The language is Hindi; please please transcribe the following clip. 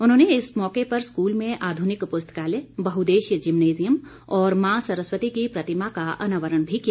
उन्होंने इस मौके पर स्कूल में आधुनिक पुस्तकालय बहुउदेशीय जिम्नेज़ियम और माँ सरस्वती की प्रतिमा का अनावरण भी किया